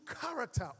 character